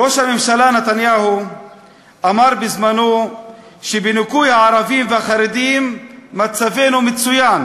ראש הממשלה נתניהו אמר בזמנו שבניכוי הערבים והחרדים מצבנו מצוין.